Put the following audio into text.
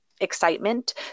excitement